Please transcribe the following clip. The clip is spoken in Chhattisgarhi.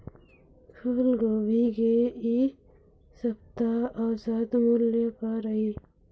फूलगोभी के इ सप्ता औसत मूल्य का रही?